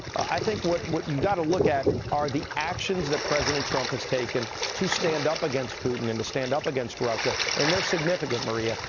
i think what what you've got to look at are the actions that president trump has taken to stand up against putin and to stand up against russia and they're significant maria.